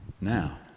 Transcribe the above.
now